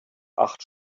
acht